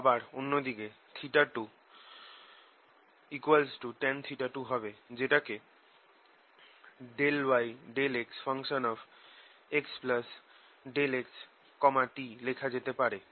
আবার অন্য দিকে 2tan2 হবে যেটাকে ∂y∂xx∆xt লেখা যেতে পারে